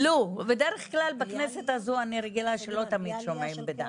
בדרך כלל בכנסת הזו אני רגילה שלא תמיד שומעים בדעתי,